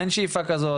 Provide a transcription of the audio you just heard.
יש שאיפה כזאת?